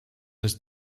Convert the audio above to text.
ist